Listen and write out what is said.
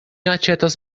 aĉetos